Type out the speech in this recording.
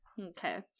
okay